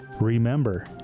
Remember